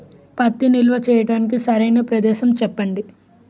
పత్తి నిల్వ చేయటానికి సరైన ప్రదేశం చెప్పండి?